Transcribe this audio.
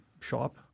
shop